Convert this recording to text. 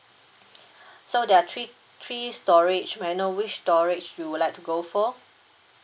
so there are three three storage may I know which storage you would like to go for